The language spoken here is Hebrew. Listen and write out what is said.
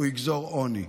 יגזור עוני,